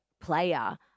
player